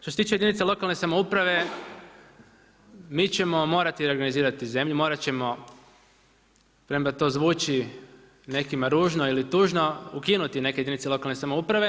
Što se tiče jedinica lokalne samouprave mi ćemo morati organizirati zemlju, morat ćemo premda to zvuči nekima ružno ili tužno ukinuti neke jedinice lokalne samouprave.